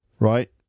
Right